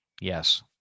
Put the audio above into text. Yes